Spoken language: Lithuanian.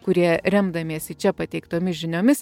kurie remdamiesi čia pateiktomis žiniomis